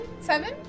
seven